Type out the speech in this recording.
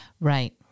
Right